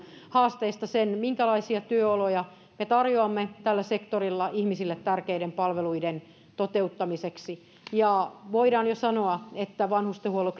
haasteista sen minkälaisia työoloja me tarjoamme tällä sektorilla ihmisille tärkeiden palveluiden toteuttamiseksi voidaan jo sanoa että vanhustenhuollon